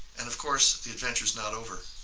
and of course, the adventure's not over.